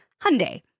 Hyundai